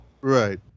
Right